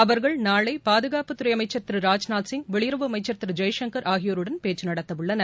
அவர்கள் நாளை பாதுகாப்புத் துறை அமைச்சர் திரு ராஜ்நாத் சிங் வெளியுறவு அமைச்சர் திரு ஜெய்சங்கர் ஆகியோருடன் பேச்சு வார்த்தை நடத்தவுள்ளனர்